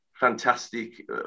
fantastic